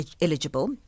eligible